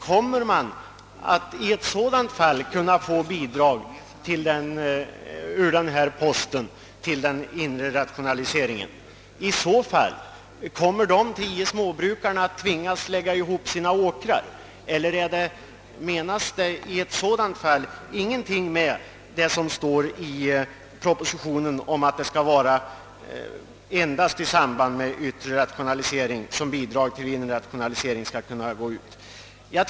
Kommer man att i ett sådant fall erhålla bidrag till den inre rationaliseringen? Kommer dessa tio småbrukare att tvingas lägga ihop sina åkrar eller menas det i ett sådant fall ingenting med vad som står i propositionen att endast i samband med yttre rationalisering bidrag till inre rationalisering skall kunna utgå?